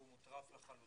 והוא מוטרף לחלוטין.